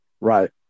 Right